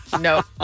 No